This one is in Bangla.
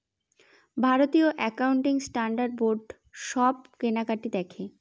ভারতীয় একাউন্টিং স্ট্যান্ডার্ড বোর্ড সব কেনাকাটি দেখে